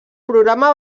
programa